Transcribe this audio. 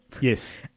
Yes